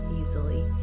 easily